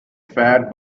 fat